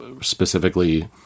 specifically